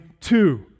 Two